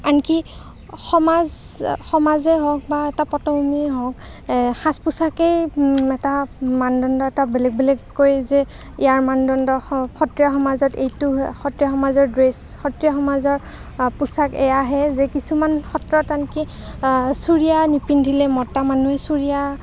আনকি সমাজ সমাজেই হওক বা এটা পতনেই হওক সাজ পোচাকেই এটা মানদণ্ড এটা বেলেগ বেলেগকৈ যে ইয়াৰ মানদণ্ড সত্ৰীয়া সমাজত এইটো সত্ৰীয়া সমাজৰ ড্ৰেছ সত্ৰীয়া সমাজৰ পোচাক এয়াহে যে কিছুমান সত্ৰত আনকি চুৰিয়া নিপিন্ধিলে মতা মানুহে চুৰিয়া